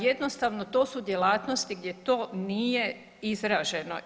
Jednostavno to su djelatnosti gdje to nije izraženo.